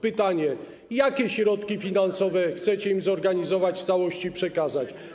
Pytanie: Jakie środki finansowe chcecie im zorganizować i w całości przekazać?